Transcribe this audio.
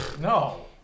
No